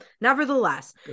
nevertheless